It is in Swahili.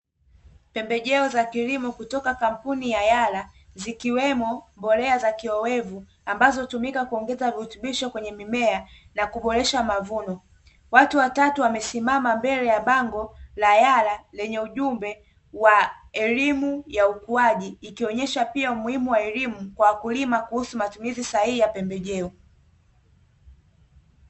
Pembejeo za kilimo kutoka kampuni ya "yalla", zikiwemo mbolea za kiowevu ambazo tumika kuongeza virutubisho kwenye mimea na kuboresha mavuno, watu watatu wamesimama mbele ya bango la yalla lenye ujumbe wa elimu ya ukuaji ikionyesha pia umuhimu wa elimu kwa wakulima kuhusu matumizi sahihi ya pembejeo,